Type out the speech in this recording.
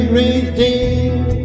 redeemed